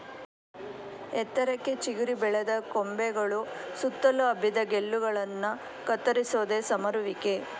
ಎತ್ತರಕ್ಕೆ ಚಿಗುರಿ ಬೆಳೆದ ಕೊಂಬೆಗಳು ಸುತ್ತಲು ಹಬ್ಬಿದ ಗೆಲ್ಲುಗಳನ್ನ ಕತ್ತರಿಸೋದೆ ಸಮರುವಿಕೆ